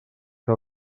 que